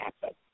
happen